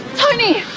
tony!